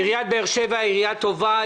עיריית באר שבע היא עירייה טובה.